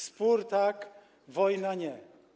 Spór - tak, wojna - nie.